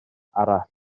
arall